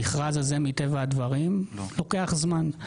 המכרז הזה מטבע הדברים לוקח זמן.